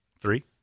Three